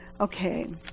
Okay